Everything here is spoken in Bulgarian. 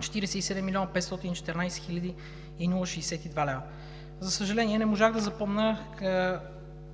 47 514 062 лв. За съжаление, не можах да запомня